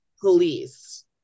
police